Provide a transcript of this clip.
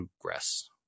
progress